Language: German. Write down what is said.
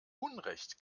unrecht